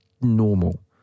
normal